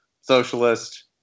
Socialist